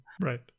Right